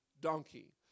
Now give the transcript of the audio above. donkey